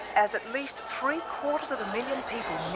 as at least three quarters of a million people